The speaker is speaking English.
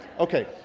ok.